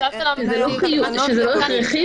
זה לא הכרחי,